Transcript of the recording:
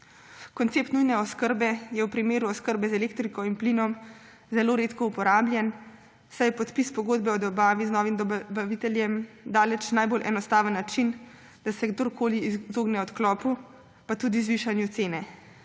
Koncept nujne oskrbe je v primeru oskrbe z elektriko in plinom zelo redko uporabljen, saj je podpis pogodbe o dobavi z novim dobaviteljem daleč najbolj enostaven način, da se kdorkoli izogne odklopu pa tudi zvišanju cene.